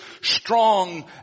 strong